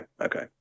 okay